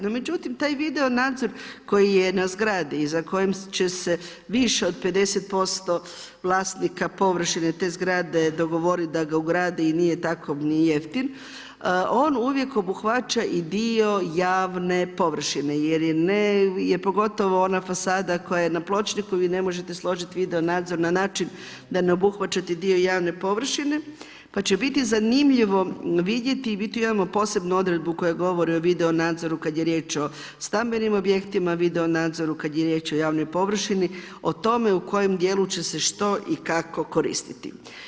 No međutim, taj video nadzor koji je na zgradi i na kojem će se više od 50% vlasnika površine te zgrade dogovoriti da ga ugradi i nije tako ni jeftin, on uvijek obuhvaća i dio javne površine jer je pogotovo ona fasada koja je na pločniku vi ne možete složiti video nadzor na način da ne obuhvaćate dio javne površine pa će biti zanimljivo vidjeti i mi tu imamo posebnu odredbu koja govori o video nadzoru kada je riječ o stambenim objektima, video nadzoru kada je riječ o javnoj površini o tome u kojem dijelu će se što i kako koristiti.